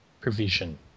provision